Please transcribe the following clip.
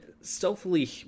stealthily